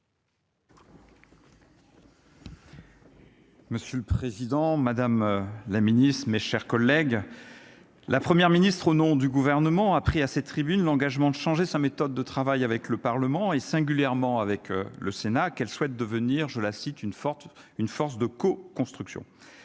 Monsieur le Président, Madame la Ministre, mes chers collègues, la première ministre au nom du gouvernement a pris à cette tribune, l'engagement de changer sa méthode de travail avec le Parlement, et singulièrement avec le Sénat, qu'elle souhaite devenir, je la cite une forte, une force de co-construction